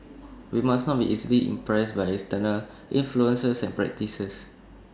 we must not be easily impressed by external influences and practices